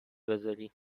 بذاری